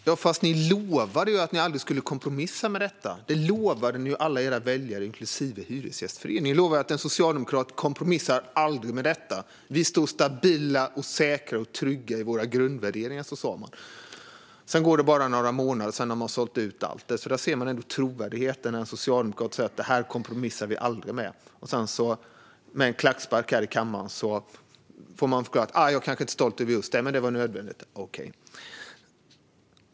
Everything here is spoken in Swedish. Fru talman! Fast Socialdemokraterna lovade alla väljare, inklusive Hyresgästföreningen, att ni aldrig skulle kompromissa. Ni lovade att en socialdemokrat aldrig kompromissar i denna fråga. Ni sa att ni stod stabila, säkra och trygga i era grundvärderingar. Sedan går det bara några månader, och sedan har ni sålt ut allt. Där ser vi trovärdigheten när en socialdemokrat säger att ni aldrig kompromissar i en fråga, och sedan säger ni med en klackspark i kammaren att ni inte är stolta över just den kompromissen men att den var nödvändig.